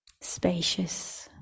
spacious